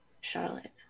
Charlotte